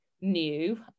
new